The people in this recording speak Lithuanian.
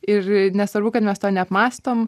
ir nesvarbu kad mes to neapmąstom